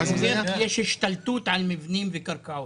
יש השתלטות על מבנים וקרקעות.